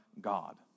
God